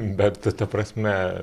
bet ta ta prasme